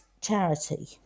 charity